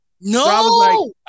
No